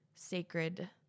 sacred